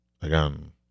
again